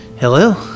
Hello